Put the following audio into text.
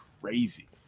crazy